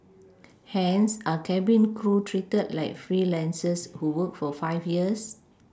hence are cabin crew treated like freelancers who work for five years